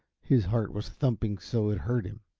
his heart was thumping so it hurt him.